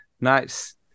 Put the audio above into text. nice